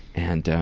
and